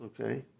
okay